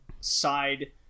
side